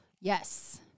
Yes